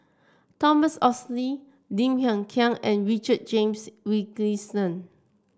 Thomas Oxley Lim Hng Kiang and Richard James Wilkinson